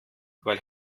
weil